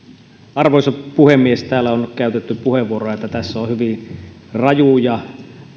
arvoisa puhemies täällä on käytetty puheenvuoroja että tässä on hyvin raju ja